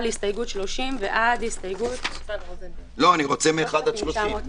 עד הסתייגות 3,907. אני מתחילה.